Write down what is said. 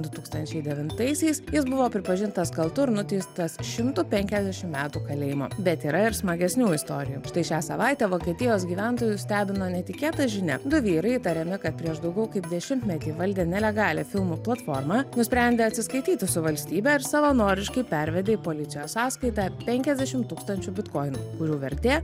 du tūkstančiai devintaisiais jis buvo pripažintas kaltu ir nuteistas šimtu penkiasdešim metų kalėjimo bet yra ir smagesnių istorijų štai šią savaitę vokietijos gyventojus stebino netikėta žinia du vyrai įtariami kad prieš daugiau kaip dešimtmetį valdę nelegalią filmų platformą nusprendė atsiskaityti su valstybe ir savanoriškai pervedė į policijos sąskaitą penkiasdešimt tūkstančių bitkoinų kurių vertė